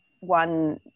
one